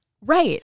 Right